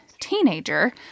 teenager